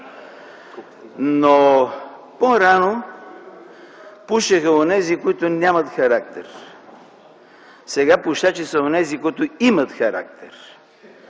По-рано пушеха онези, които нямат характер. Сега пушачи са онези, които имат характер,